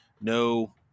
no